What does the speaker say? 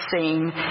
seen